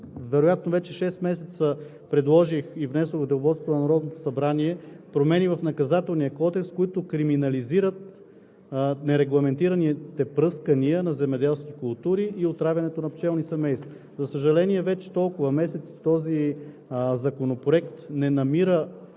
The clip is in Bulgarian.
вероятно преди вече шест месеца предложих и внесох в Деловодството на Народното събрание промени в Наказателния кодекс, които криминализират нерегламентираните пръскания на земеделските култури и отравянето на пчелни семейства. За съжаление, вече толкова месеци този законопроект не намира